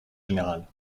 général